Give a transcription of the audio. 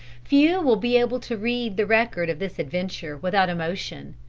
few will be able to read the record of this adventure without emotion.